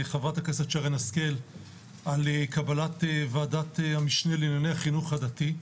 חברת הכנסת שרן השכל על קבלת ועדת המשנה לענייני החינוך הדתי.